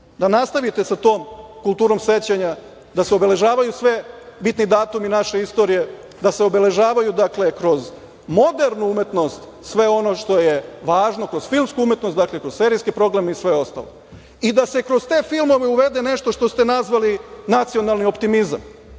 da nastavite sa tom kulturom sećanja, da se obeležavaju svi bitni datumi naše istorije, da se obeležavaju kroz modernu umetnost, sve ono što je važno, kroz filmsku umetnost, kroz serijske programe i sve ostalo. I da se kroz te filmove uvede nešto što ste nazvali nacionalni optimizam,